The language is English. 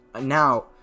now